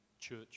church